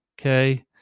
okay